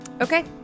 Okay